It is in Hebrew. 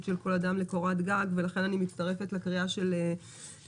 של כל אדם לקורת גג ולכן אני מצטרפת לקריאה של יו"ר